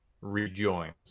rejoins